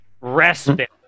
respite